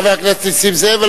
חבר הכנסת נסים זאב,